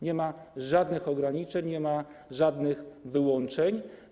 Nie ma żadnych ograniczeń ani żadnych wyłączeń.